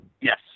Yes